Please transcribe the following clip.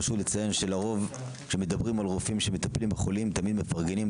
חשוב לציין שלרוב כשמדברים על רופאים שמטפלים בחולים תמיד מפרגנים,